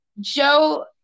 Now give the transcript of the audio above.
Joe